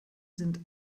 sind